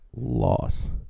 loss